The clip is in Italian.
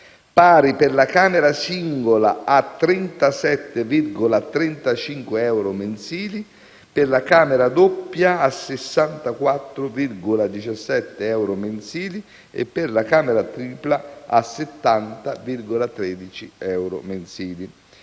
pari per la camera singola a 37,35 euro mensili, per la camera doppia a 64,17 euro mensili e per camera tripla a 70,13 euro mensili.